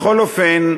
בכל אופן,